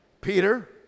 Peter